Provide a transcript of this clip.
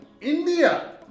India